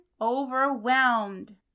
overwhelmed